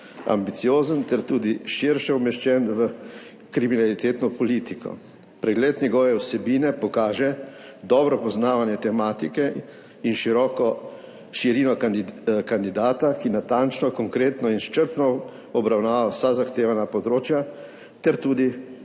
ambiciozen ter tudi širše umeščen v kriminalitetno politiko. Pregled njegove vsebine pokaže dobro poznavanje tematike in široko širino kandidata, ki natančno, konkretno in izčrpno obravnava vsa zahtevana področja ter tudi